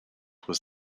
was